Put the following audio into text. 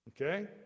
okay